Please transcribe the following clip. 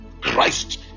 christ